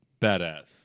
badass